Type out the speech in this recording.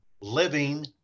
Living